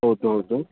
ಹೌದು ಹೌದು